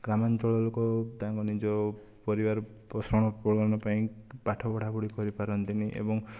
ଗ୍ରାମାଞ୍ଚଳ ଲୋକ ତାଙ୍କ ନିଜ ପରିବାର ପୋଷଣ ପୂରଣ ପାଇଁ ପାଠ ପଢ଼ା ପଢ଼ି କରି ପାରନ୍ତିନି ଏବଂ